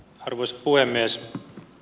arvoisa puhemies